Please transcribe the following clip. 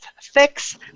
Fix